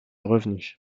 revenu